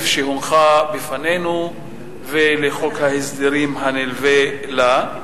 שהונחה בפנינו ולחוק ההסדרים הנלווה לה.